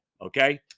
okay